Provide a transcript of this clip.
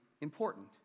important